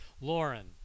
Lauren